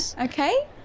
okay